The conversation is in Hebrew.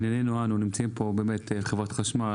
נמצאים פה נציגים מחברת חשמל,